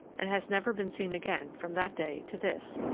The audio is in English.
and has never been seen again from that day to this.